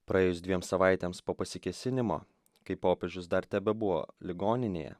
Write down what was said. praėjus dviem savaitėms po pasikėsinimo kai popiežius dar tebebuvo ligoninėje